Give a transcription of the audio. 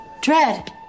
Dread